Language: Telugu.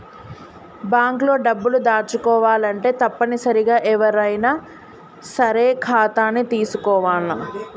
బాంక్ లో డబ్బులు దాచుకోవాలంటే తప్పనిసరిగా ఎవ్వరైనా సరే ఖాతాని తీసుకోవాల్ల